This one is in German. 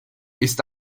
ist